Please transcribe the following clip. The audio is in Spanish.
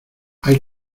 hay